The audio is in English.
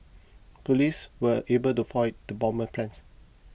police were able to foil the bomber's plans